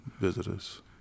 visitors